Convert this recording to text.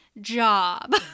job